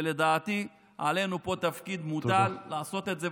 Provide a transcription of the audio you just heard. ולדעתי עלינו פה מוטל התפקיד לעשות את זה,